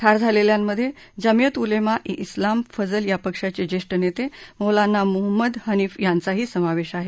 ठार झालेल्यांमध्ये जामिअत उलेमा ए उलाम फजल या पक्षाचे ज्येष्ठ नेते मौलाना मुहम्मद हनीफ यांचाही समावेश आहे